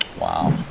wow